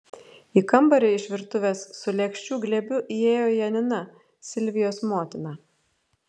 į kambarį iš virtuvės su lėkščių glėbiu įėjo janina silvijos motina